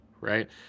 Right